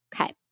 Okay